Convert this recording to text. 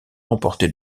remporté